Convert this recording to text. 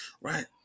right